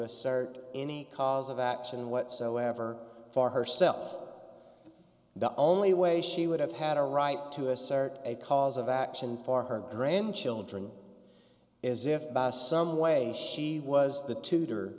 assert any cause of action whatsoever for herself the only way she would have had a right to assert a cause of action for her grandchildren is if by some way she was the tutor